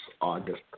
August